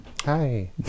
Hi